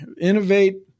Innovate